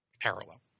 parallel